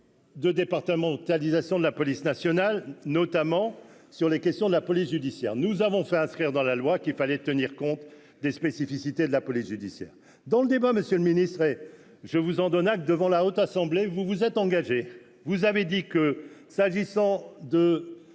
De départementalisation de la police nationale, notamment sur les questions de la police judiciaire nous avons fait inscrire dans la loi qu'il fallait tenir compte des spécificités de la police judiciaire dans le débat, monsieur le ministre et je vous en donne acte devant la Haute Assemblée, vous vous êtes engagé, vous avez dit que s'agissant de